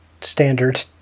standard